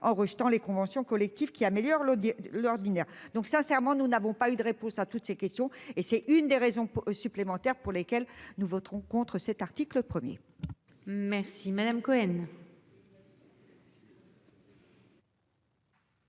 en rejetant les conventions collectives qui améliorent. L'ordinaire donc sincèrement, nous n'avons pas eu de réponse à toutes ces questions et c'est une des raisons supplémentaires pour lesquels nous voterons contre cet article 1er. Merci madame Cohen.